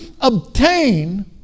obtain